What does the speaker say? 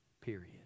Period